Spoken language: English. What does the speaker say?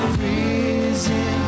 reason